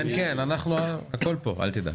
נשמע את כולם, אל תדאג.